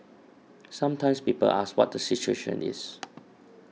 sometimes people ask what the situation is